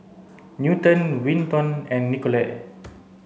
Newton Winton and Nicolette